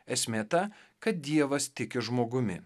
esmė ta kad dievas tiki žmogumi